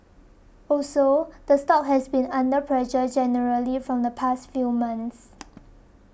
also the stock has been under pressure generally from the past few months